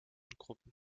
gruppen